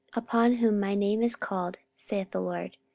upon whom my name is called, saith the lord,